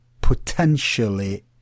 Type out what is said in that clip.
potentially